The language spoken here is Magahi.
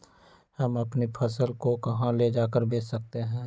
हम अपनी फसल को कहां ले जाकर बेच सकते हैं?